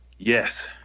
Yes